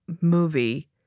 movie